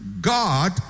God